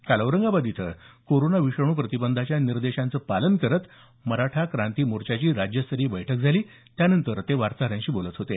काल औरंगाबाद इथं कोरोना विषाणू प्रतिबंधाच्या निर्देशांचं पालन करत मराठा क्रांती मोर्चाची राज्यस्तरीय बैठक झाली त्यानंतर ते वार्ताहरांशी बोलत होते